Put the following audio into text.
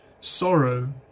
sorrow